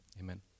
Amen